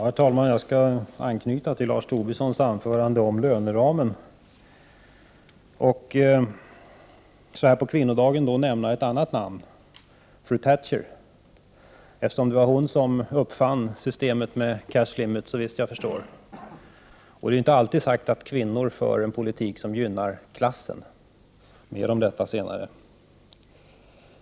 Herr talman! Jag vill anknyta till det som Lars Tobisson sade i sitt anförande i fråga om löneramen. Samtidigt vill jag så här på internationella kvinnodagen nämna ett annat namn: fru Thatcher, eftersom det — såvitt jag förstår — var hon som uppfann systemet med cash limit. Det är ju inte alltid sagt att kvinnor för en politik som gynnar arbetarklassen. Mer om detta senare.